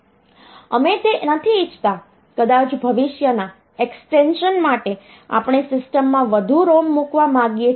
અમે તે નથી ઇચ્છતા કદાચ ભવિષ્યના એક્સ્ટેંશન માટે આપણે સિસ્ટમમાં વધુ ROM મૂકવા માંગીએ છીએ